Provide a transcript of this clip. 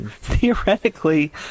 theoretically